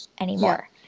anymore